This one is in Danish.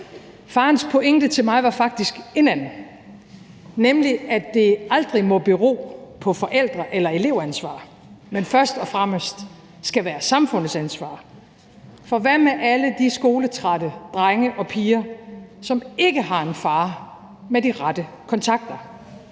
Farens pointe til mig var faktisk en anden, nemlig at det aldrig må bero på forældre- eller elevansvar, men først og fremmest skal være samfundets ansvar. For hvad med alle de skoletrætte drenge og piger, som ikke har en far med de rette kontakter?